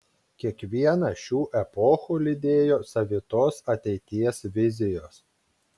kiekvieną šių epochų lydėjo savitos ateities vizijos